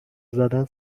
زدن